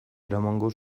eramango